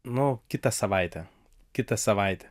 nu kitą savaitę kitą savaitę